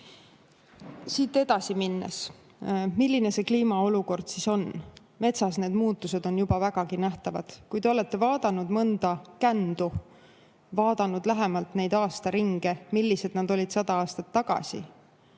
Siit edasi minnes, milline see kliima olukord siis on? Metsas on need muutused juba vägagi nähtavad. Kui te olete vaadanud mõnda kändu, vaadanud lähemalt neid aastaringe, millised nad olid sada aastat tagasi,